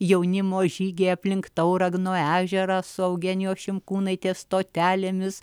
jaunimo žygiai aplink tauragno ežerą su eugenijos šimkūnaitės stotelėmis